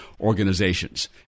organizations